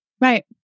Right